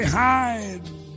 hide